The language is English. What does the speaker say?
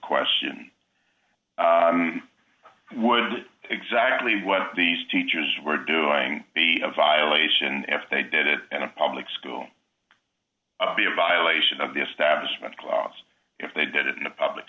question was exactly what these teachers were doing the violation if they did it in a public school be in violation of the establishment clause if they did it in the public